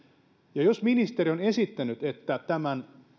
ja jos ministeri on esittänyt että